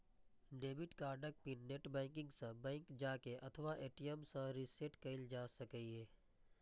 debit कार्डक PIN net banking सं, bank जाके अथवा ए.टी.एम सं रीसेट कैल जा सकैए